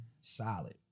solid